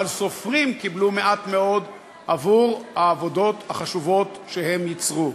אבל סופרים קיבלו מעט מאוד עבור העבודות החשובות שהם יצרו.